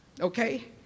Okay